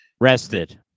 rested